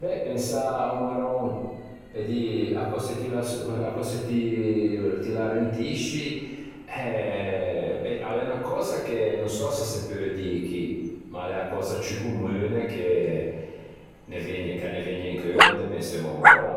Bè pensâ a-o marròn a cöse ti l'arrentisci eh bè a l'é unna cösa che no sò s'a se peu dî chi ma a l'é a cösa ciù commune che ch'a ne vëgne in cheu quande pensemmo a-o marròn